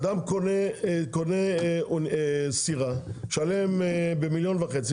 אדם קונה סירה במיליון וחצי,